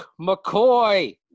McCoy